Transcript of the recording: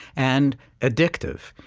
and addictive.